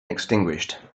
extinguished